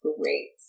great